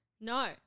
No